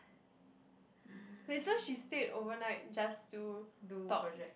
do project